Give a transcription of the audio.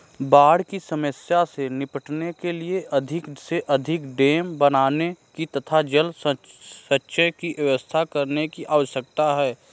बाढ़ की समस्या से निपटने के लिए अधिक से अधिक डेम बनाने की तथा जल संचय की व्यवस्था करने की आवश्यकता है